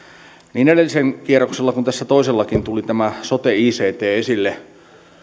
niin edellisellä kierroksella kuin tässä toisellakin tuli sote ict esille